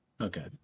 Okay